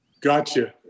Gotcha